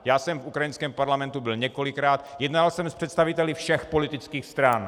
Já jsem v ukrajinském parlamentu byl několikrát, jednal jsem s představiteli všech politických stran.